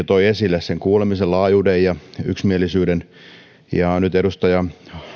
toi esille kuulemisen laajuuden ja yksimielisyyden ja nyt edustaja